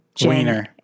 wiener